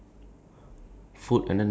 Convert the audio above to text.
next to food is